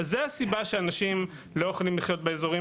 אז זאת הסיבה שאנשים לא יכולים לחיות באזורים